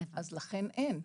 אין.